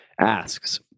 asks